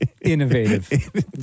Innovative